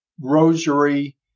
rosary